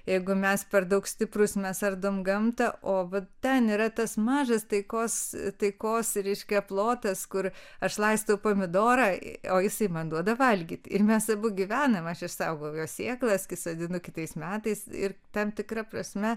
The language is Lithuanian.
jeigu mes per daug stiprūs mes ardom gamta o va ten yra tas mažas taikos taikos reiškia plotas kur aš laistau pomidorą o jisai man duoda valgyt ir mes abu gyvenam aš išsaugojau jo sėklas sodinu kitais metais ir tam tikra prasme